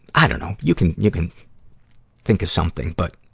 i dunno, you can, you can think of something. but,